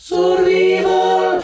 Survival